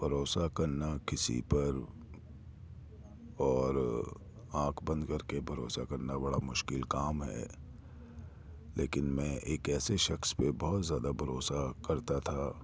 بھروسہ کرنا کسی پر اور آنکھ بند کر کے بھروسہ کرنا بڑا مشکل کام ہے لیکن میں ایک ایسے شخص پہ بہت زیادہ بھروسہ کرتا تھا